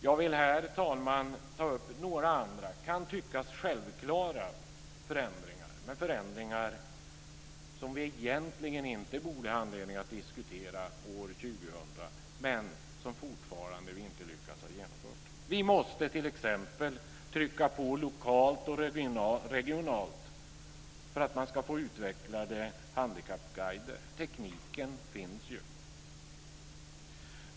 Jag vill här, herr talman, ta upp några andra, kan tyckas, självklara förändringar som vi egentligen inte borde ha anledning att diskutera år 2000 men som fortfarande inte har genomförts. Vi måste t.ex. trycka på lokalt och regionalt för att få utvecklade handikappguider. Tekniken finns ju.